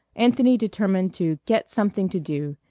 anthony determined to get something to do,